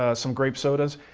ah some grape sodas.